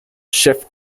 jeff